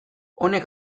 honek